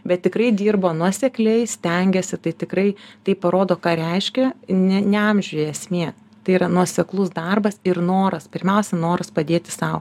bet tikrai dirbo nuosekliai stengėsi tai tikrai taip parodo ką reiškia ne ne amžiuje esmė tai yra nuoseklus darbas ir noras pirmiausia noras padėti sau